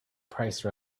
price